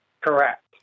Correct